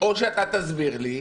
או שאתה תסביר לי,